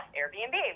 Airbnb